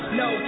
no